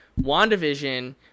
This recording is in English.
wandavision